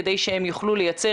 כדי שהם יוכלו לייצר